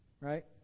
right